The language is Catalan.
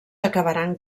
acabaran